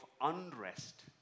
unrest